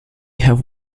have